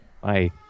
Bye